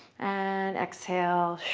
and exhale.